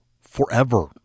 forever